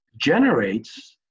generates